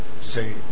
say